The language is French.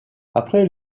après